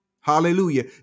Hallelujah